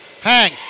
hang